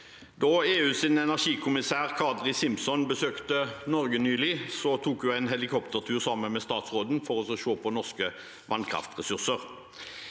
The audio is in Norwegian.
Da EUs energi- kommissær, Kadri Simson, besøkte Norge nylig, tok hun en helikoptertur sammen med statsråden for å se på norske vannkraftressurser.